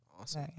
Awesome